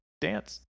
dance